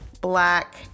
black